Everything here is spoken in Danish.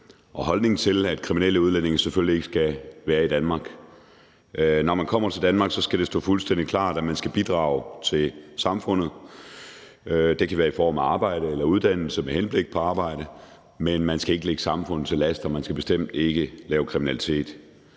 og holdning til, at kriminelle udlændinge selvfølgelig ikke skal være i Danmark. Når man kommer til Danmark, skal det stå fuldstændig klart, at man skal bidrage til samfundet. Det kan være i form af at arbejde eller at uddanne sig med henblik på at arbejde, men man skal ikke ligge samfundet til last, og man skal bestemt ikke lave kriminalitet.